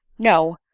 no,